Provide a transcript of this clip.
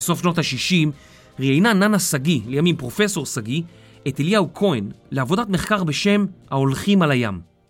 סוף שנות ה-60 ראיינה ננה סגי, לימים פרופסור סגי, את אליהו כהן לעבודת מחקר בשם הולכים על הים.